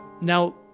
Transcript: Now